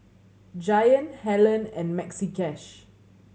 Giant Helen and Maxi Cash